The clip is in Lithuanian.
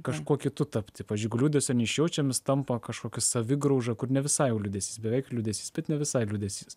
kažkuo kitu tapti pavyzdžiui jeigu liūdesio neišjaučiam jis tampa kažkokia savigrauža kur ne visai jau liūdesys beveik liūdesys bet ne visai liūdesys